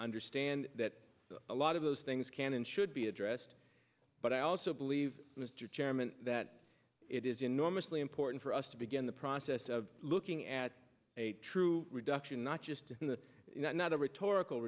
understand that a lot of those things can and should be addressed but i also believe mr chairman that it is enormously important for us to begin the process of looking at a true reduction not just the not a rhetorical